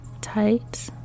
Tight